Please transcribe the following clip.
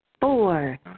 Four